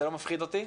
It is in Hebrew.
זה לא מפחיד אותי.